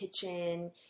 kitchen